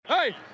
Hey